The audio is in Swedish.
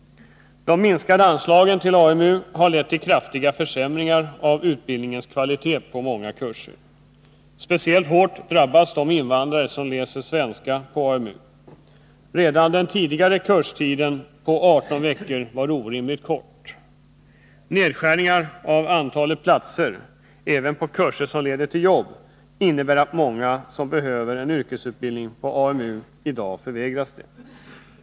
De minskade anslagen till AMU har lett till kraftiga försämringar av utbildningens kvalitet på många kurser. Speciellt hårt drabbas de invandrare som läser svenska på AMU. Redan den tidigare kurstiden på 18 veckor var orimligt kort. Nedskärningar av antalet platser — även på kurser som leder till jobb — innebär att många som behöver en yrkesutbildning på AMU idag förvägras det.